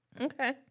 Okay